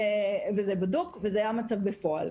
זה בדוק, זה המצב בפועל.